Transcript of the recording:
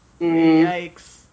Yikes